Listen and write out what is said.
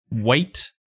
wait